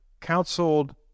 counseled